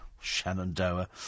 Shenandoah